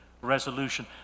resolution